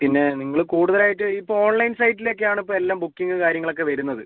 പിന്നെ നിങ്ങൾ കൂടുതൽ ആയിട്ട് ഇപ്പം ഓൺലൈൻ സൈറ്റിൽ ഒക്കെ ആണ് ഇപ്പം എല്ലം ബുക്കിംഗ് കാര്യങ്ങൾ ഒക്കെ വരുന്നത്